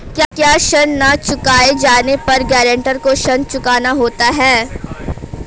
क्या ऋण न चुकाए जाने पर गरेंटर को ऋण चुकाना होता है?